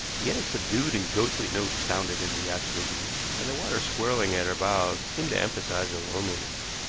yet a subdued and ghostly note sounded in the yacht's rigging, and the water swirling at her bows seemed to emphasize her loneliness.